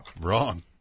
Wrong